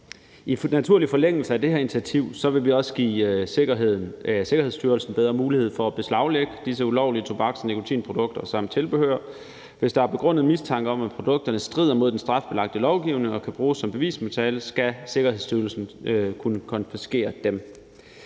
I naturlig forlængelse af det her initiativ vil vi også give Sikkerhedsstyrelsen bedre mulighed for at beslaglægge disse ulovlige tobaks- og nikotinprodukter samt tilbehør. Hvis der er begrundet mistanke om, at produkterne strider mod den strafbelagte lovgivning og kan bruges som bevismateriale, skal Sikkerhedsstyrelsen kunne konfiskere dem.